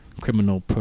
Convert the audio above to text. criminal